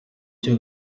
cyo